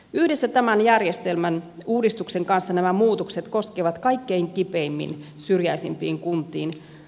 yhdessä tämän järjestelmän uudistuksen kanssa nämä muutokset koskevat kaikkein kipeimmin syrjäisimpiä kuntia